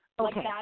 Okay